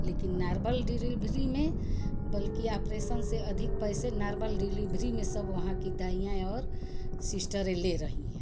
लेकिन normal delivery में बल्की आप्रेसन से अधिक पैसे नार्मल डिलीबरी में सब वहाँ की दाइयां और सिस्टरें ले रही हैं